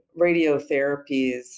radiotherapies